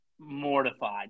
mortified